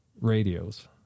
radios